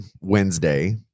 Wednesday